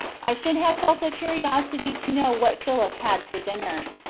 i should have felt a curiosity to know what philip had for dinner.